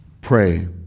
Pray